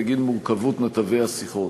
בגין מורכבות נתבי השיחות.